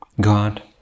God